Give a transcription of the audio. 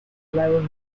lagos